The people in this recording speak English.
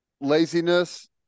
laziness